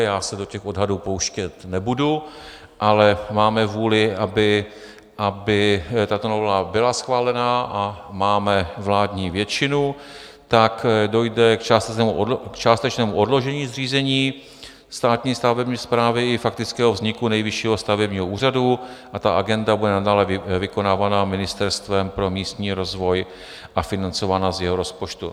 Já se do těch odhadů pouštět nebudu, ale máme vůli, aby tato novela byla schválena, a máme vládní většinu, tak dojde k částečnému odložení zřízení státní stavební správy i faktického vzniku Nejvyššího stavebního úřadu a ta agenda bude nadále vykonávána Ministerstvem pro místní rozvoj a financována z jeho rozpočtu.